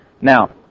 Now